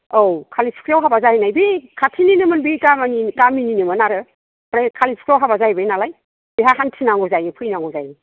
औ कालिफुख्रियाव हाबा जाहैनाय बे खाथिनिनोमोन बे गामिनिनोमोन आरो ओमफ्राय कालिफुख्रियाव हाबा जाहैबाय नालाय बेहा हान्थिनांगौ जायो फैनांगौ जायो